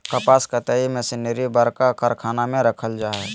कपास कताई मशीनरी बरका कारखाना में रखल जैय हइ